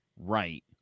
Right